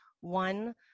one